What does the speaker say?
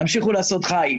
תמשיכו לעשות חיל.